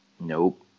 Nope